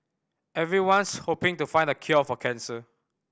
everyone's hoping to find the cure for cancer